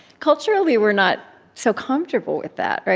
culturally, we're not so comfortable with that.